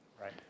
Right